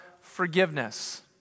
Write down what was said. forgiveness